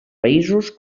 països